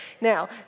Now